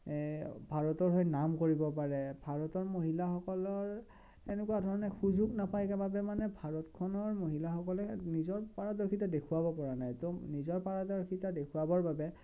ভাৰতৰ হৈ নাম কৰিব পাৰে ভাৰতৰ মহিলাসকলৰ সেনেকুৱা ধৰণে সুযোগ নাপাইগৈ বাবে মানে ভাৰতখনৰ মহিলাসকলে নিজৰ পাৰদৰ্শিতা দেখুৱাব পৰা নাই ত' নিজৰ পাৰদৰ্শিতা দেখুৱাবৰ বাবে